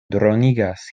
dronigas